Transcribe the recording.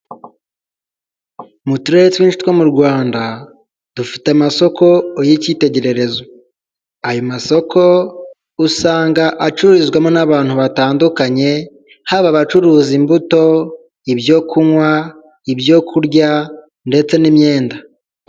Mu turere twinshi two mu Rwanda dufite amasoko y'icyitegererezo, ayo masoko usanga acururizwamo n'abantu batandukanye, haba abacuruza imbuto, ibyo kunywa, ibyoku kurya, ndetse n'imyenda.